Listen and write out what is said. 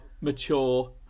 mature